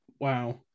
Wow